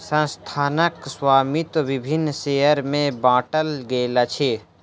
संस्थानक स्वामित्व विभिन्न शेयर में बाटल गेल अछि